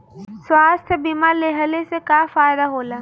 स्वास्थ्य बीमा लेहले से का फायदा होला?